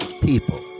people